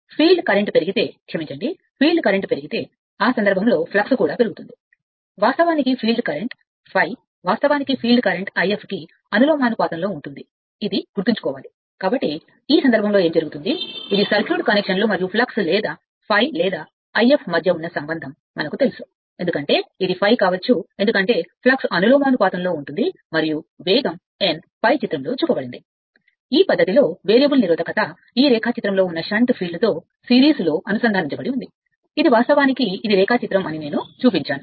field current పెరిగితే క్షమించండి field current పెరిగితే ఆ సందర్భంలో ఫ్లక్స్ కూడా పెరుగుతుంవాస్తవానికి ఫీల్డ్ కరెంట్ ∅ వాస్తవానికి ఫీల్డ్ కరెంట్ కి అనులోమానుపాతంలో ఉంటుంది ఇది గుర్తుంచుకోవాలి ఈ పద్ధతిలో వేరియబుల్ నిరోధకత ఈ రేఖాచిత్రంలో ఉన్న షంట్ ఫీల్డ్తో సిరీస్లో అనుసంధానించబడి ఉంది ఇది వాస్తవానికి ఇది రేఖాచిత్రం అని నేను చూపించాను